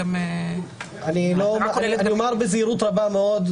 אני אומר בזהירות רבה מאוד,